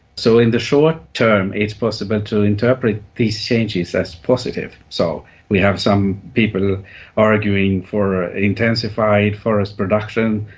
so in the short term it is possible to interpret these changes as positive. so we have some people arguing for intensified forest production,